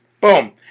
Boom